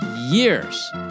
years